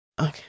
Okay